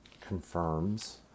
confirms